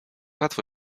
łatwo